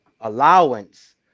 allowance